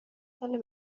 ساله